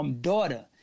daughter